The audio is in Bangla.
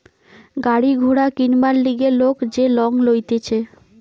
গাড়ি ঘোড়া কিনবার লিগে লোক যে লং লইতেছে